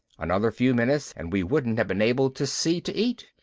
another few minutes and we wouldn't have been able to see to eat,